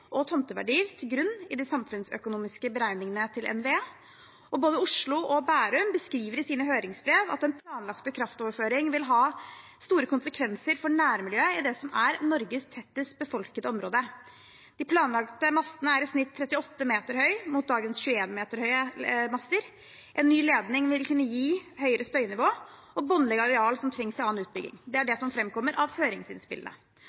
og tomteverdier til grunn i de samfunnsøkonomiske beregningene til NVE. Både Oslo og Bærum beskriver også i sine høringsbrev at den planlagte kraftoverføringen vil ha store konsekvenser for nærmiljøet i det som er Norges tettest befolkede område. De planlagte mastene er i snitt 38 meter høye, mot dagens 21 meter høye master. En ny ledning vil kunne gi høyere støynivå og båndlegge areal som trengs til annen utbygging. Det er